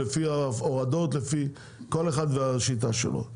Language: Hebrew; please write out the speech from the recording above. לפי ההורדות כל אחד והשיטה שלו.